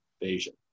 invasion